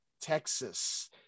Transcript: Texas